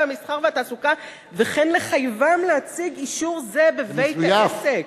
המסחר והתעסוקה וכן לחייבם להציג אישור זה בבית-העסק."